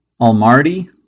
Almardi